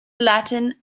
latin